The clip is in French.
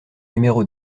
numéro